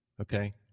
okay